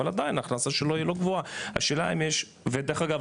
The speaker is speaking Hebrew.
אבל עדיין ההכנסה שלו לא גבוהה ודרך אגב,